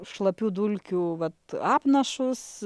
šlapių dulkių vat apnašus